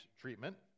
treatment